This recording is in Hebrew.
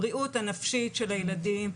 הבריאות הנפשית של הילדים,